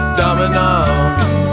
dominoes